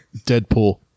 Deadpool